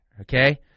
okay